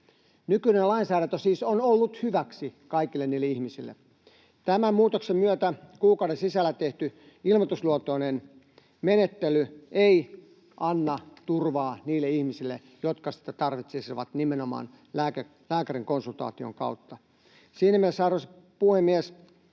Nykyinen lainsäädäntö siis on ollut hyväksi kaikille niille ihmisille. Tämän muutoksen myötä kuukauden sisällä tehty ilmoitusluontoinen menettely ei anna turvaa niille ihmisille, jotka sitä tarvitsisivat nimenomaan lääkärin konsultaation kautta. Siinä mielessä, arvoisa puhemies,